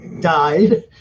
died